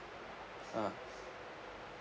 ah